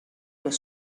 los